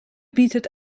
bietet